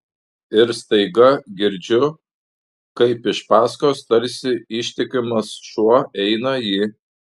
ir staiga girdžiu kaip iš paskos tarsi ištikimas šuo eina ji